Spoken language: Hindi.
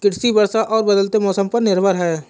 कृषि वर्षा और बदलते मौसम पर निर्भर है